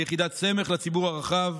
שהיא יחידת סמך, לציבור הרחב.